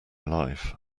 life